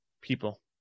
people